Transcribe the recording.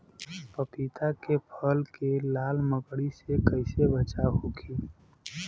पपीता के फल के लाल मकड़ी से कइसे बचाव होखि?